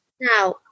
now